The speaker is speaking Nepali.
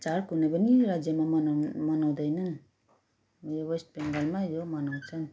चाड कुनै पनि राज्यमा मनाउँ मनाउँदैन यो वेस्ट बेङ्गालमा यो मनाउँछन्